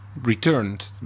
returned